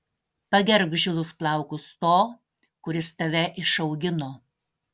pagerbk žilus plaukus to kuris tave išaugino